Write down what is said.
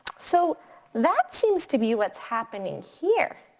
so that seems to be what's happening here.